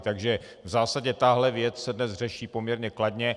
Takže v zásadě tahle věc se dnes řeší poměrně kladně.